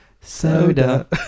Soda